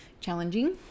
challenging